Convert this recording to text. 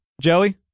Joey